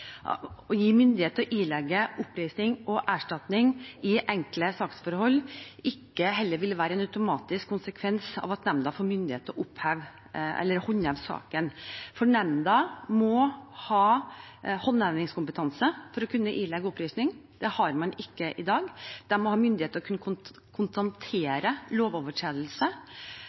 å gi myndighet til å ilegge oppreisning og erstatning i enkle saksforhold heller ikke vil være en automatisk konsekvens av at nemnda får myndighet til å håndheve saken, for nemnda må ha håndhevingskompetanse for å kunne ilegge oppreisning. Det har man ikke i dag. De må ha myndighet til å kunne konstatere lovovertredelse